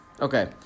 Okay